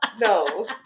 No